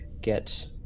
get